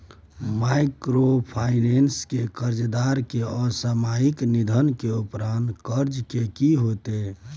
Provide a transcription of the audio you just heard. Microfinance के कर्जदार के असामयिक निधन के उपरांत कर्ज के की होतै?